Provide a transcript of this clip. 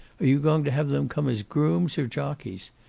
are you going to have them come as grooms, or jockeys?